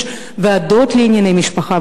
יש ועדות לענייני משפחה,